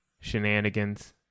Shenanigans